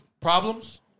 problems